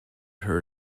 her